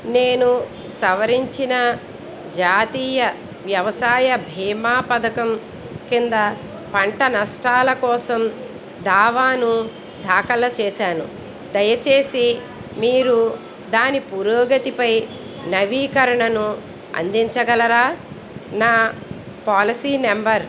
నేను సవరించిన జాతీయ వ్యవసాయ బీమా పథకం కింద పంట నష్టాల కోసం దావాను దాఖలు చేశాను దయచేసి మీరు దాని పురోగతిపై నవీకరణను అందించగలరా నా పాలసీ నెంబర్